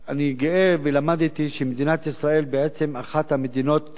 ולמדתי שמדינת ישראל היא בעצם אחת המדינות המובילות